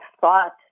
thought